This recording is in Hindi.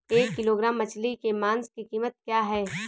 एक किलोग्राम मछली के मांस की कीमत क्या है?